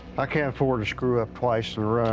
i can't afford to screw up twice